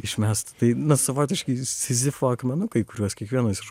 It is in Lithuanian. išmest tai savotiški sizifo akmenukai kuriuos kiekvienas iš